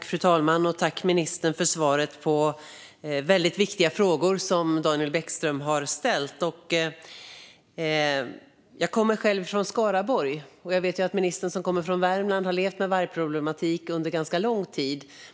Fru talman! Jag tackar ministern för svaren på de viktiga frågor Daniel Bäckström ställt. Jag kommer från Skaraborg, och jag vet att ministern, som kommer från Värmland, har levt med vargproblematik under ganska lång tid.